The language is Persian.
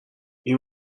این